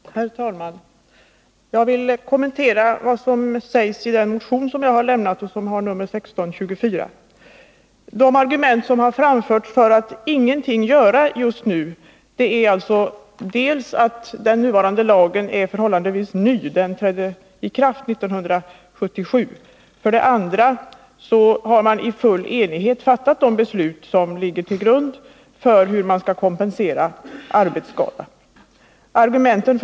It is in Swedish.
Herr talman! Jag vill kommentera vad som sägs i min motion 1624. De säkringen argument som har framförts för att ingenting skall göras just nu är alltså dels att den nuvarande lagen är förhållandevis ny — den trädde i kraft 1977 —, dels att man i full enighet har fattat de beslut som ligger till grund för bestämmelserna om hur arbetsskada skall kompenseras.